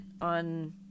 on